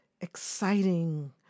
exciting